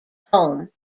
home